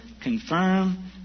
confirm